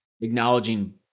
acknowledging